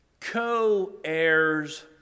co-heirs